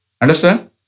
Understand